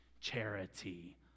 charity